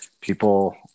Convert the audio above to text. People